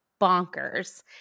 bonkers